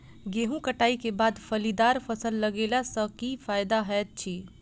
गेंहूँ कटाई केँ बाद फलीदार फसल लगेला सँ की फायदा हएत अछि?